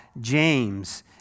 James